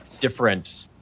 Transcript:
different